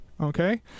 okay